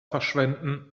verschwenden